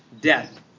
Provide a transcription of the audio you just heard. death